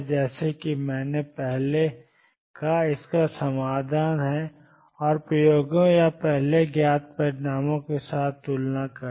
जैसा कि मैंने पहले कहा इसका समाधान है और प्रयोगों या पहले ज्ञात परिणामों के साथ तुलना करना